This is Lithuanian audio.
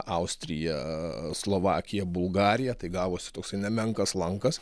austriją slovakiją bulgariją tai gavosi toksai nemenkas lankas